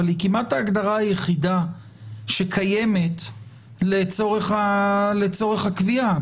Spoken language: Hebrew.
אבל היא כמעט ההגדרה היחידה שקיימת לצורך הקביעה.